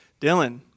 Dylan